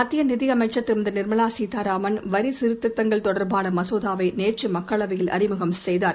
மத்தியநிதியமைச்சர் திருமதிநிர்மலாசீதாராமன் வரிசீர்திருத்தங்கள் தொடர்பானமசோதாவைநேற்றுமக்களவையில் அறிமுகம் செய்தார்